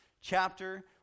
chapter